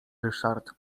ryszard